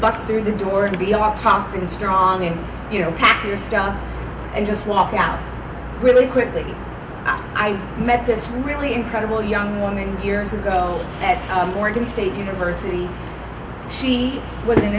bus through the door and be are tough and strong and you know pack your stuff and just walk out really quickly i met this really incredible young woman years ago at morgan state university she was in